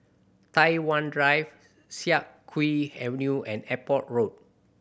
Tai Hwan Drive Siak Kew Avenue and Airport Road